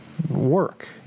work